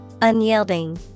Unyielding